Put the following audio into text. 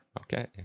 Okay